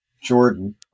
Jordan